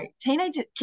teenagers